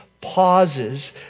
pauses